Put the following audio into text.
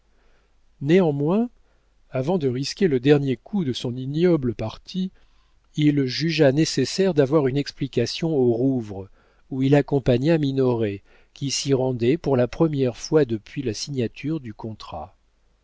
néanmoins avant de risquer le dernier coup de son ignoble partie il jugea nécessaire d'avoir une explication au rouvre où il accompagna minoret qui s'y rendait pour la première fois depuis la signature du contrat